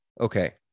okay